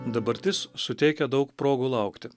dabartis suteikia daug progų laukti